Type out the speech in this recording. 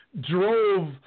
drove